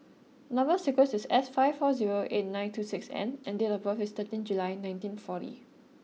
number sequence is S five four zero eight nine two six N and date of birth is thirteen July nineteen forty